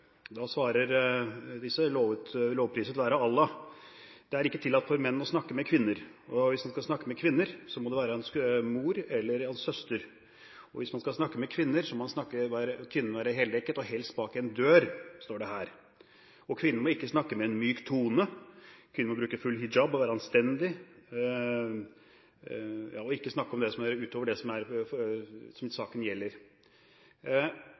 Da svarer disse: Lovpriset være Allah. Det er ikke tillatt for menn å snakke med kvinner. Hvis en skal snakke med kvinner, må det være hans mor eller hans søster, og kvinnen må være heldekket og helst bak en dør, står det. Kvinnen må ikke snakke med myk tone, må bruke full hijab og være anstendig, og man må ikke snakke om noe utenom det saken gjelder. Dette er ikke noe nytt. Dette visste statsråden, dette har statsråden visst lenge. Hvorfor vurderer man å gi penger til en organisasjon som